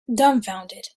dumbfounded